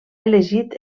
elegit